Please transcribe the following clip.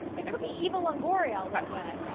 it could be eva longoria a like